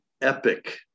epic